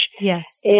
Yes